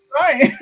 right